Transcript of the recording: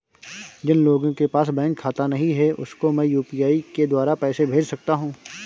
जिन लोगों के पास बैंक खाता नहीं है उसको मैं यू.पी.आई के द्वारा पैसे भेज सकता हूं?